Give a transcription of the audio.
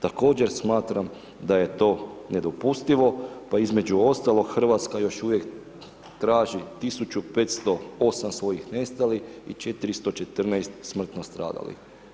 Također smatram da je to nedopustivo, pa između ostalog Hrvatska još uvijek traži 1500, 8 svojih nestalih i 414 smrtno stradalih.